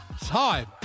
time